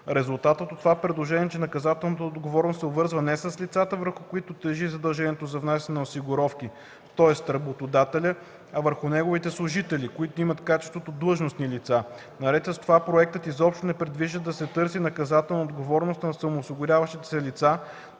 Резултатът от това предложение е, че наказателната отговорност се обвързва не с лицата, върху които тежи задължението за внасяне на осигуровки, тоест работодателя, а върху неговите служители, които имат качеството „длъжностни лица”. Наред с това проектът изобщо не предвижда да се търси наказателна отговорност на самоосигуряващите се лица,